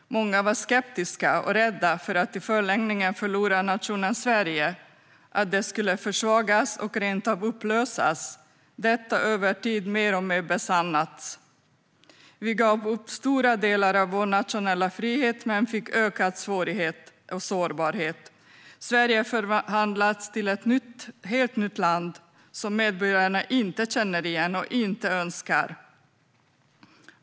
Många var skeptiska och rädda för att i förlängningen förlora nationen Sverige - att den skulle försvagas och rent av upplösas. Detta har över tid mer och mer besannats. Vi gav upp stora delar av vår nationella frihet, men det blev ökade svårigheter och en ökad sårbarhet. Sverige har förvandlats till ett helt nytt land som medborgarna inte känner igen och inte önskar.